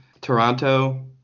toronto